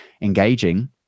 engaging